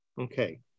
Okay